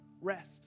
rest